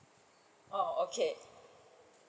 oh okay